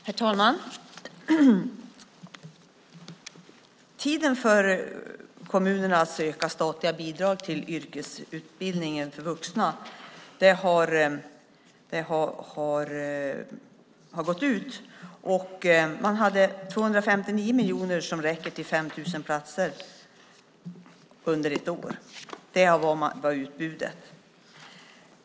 Herr talman! Tiden för kommunerna att söka statliga bidrag till yrkesutbildningen för vuxna har gått ut. Man hade 259 miljoner vilket räcker till 5 000 platser under ett år. Det var utbudet.